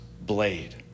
blade